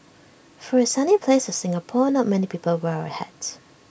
for A sunny place Singapore not many people wear A hat